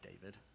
David